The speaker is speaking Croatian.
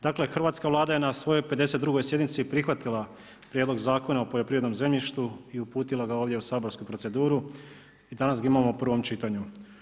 Dakle hrvatska Vlada je na svojoj 52. sjednici prihvatila Prijedlog Zakona o poljoprivrednom zemljištu i uputila ga ovdje u saborsku proceduru i danas ga imamo u prvom čitanju.